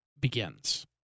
begins